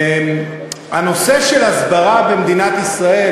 הנושא של הסברה במדינת ישראל,